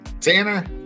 Tanner